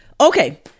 Okay